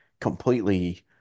completely